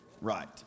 right